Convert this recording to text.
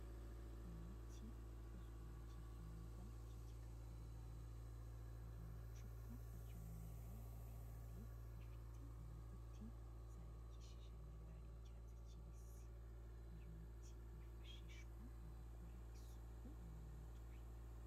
Umuti ukozwe mu gihingwa cy'igikakarubamba, uri mu icupa ry'umweru rirerire rifite inyuguti zandikishije mu ibara ry'icyatsi kibisi. Uyu muti wifashishwa mu gukora isuku yo mu mutwe.